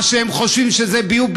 מה שהם חושבים שזה ביוב,